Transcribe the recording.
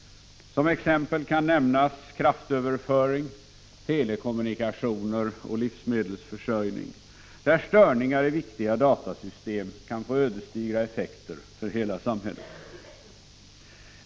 Som exempel kan nämnas kraftöverföring, telekommunikationer och livsmedelsförsörjning, där störningar i viktiga datasystem kan få ödesdigra effekter för hela samhället.